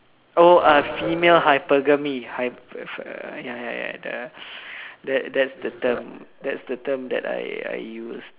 oh uh female hypergamy hyperga~ ya ya ya that's the term that's the term that I use